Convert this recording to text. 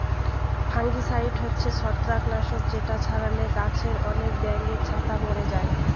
fungicide হচ্ছে ছত্রাক নাশক যেটা ছড়ালে গাছে আনেক ব্যাঙের ছাতা মোরে যায়